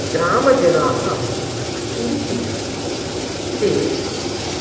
ग्रामजनाः किञ्चित् ते